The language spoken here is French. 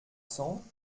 cents